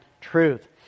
truth